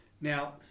Now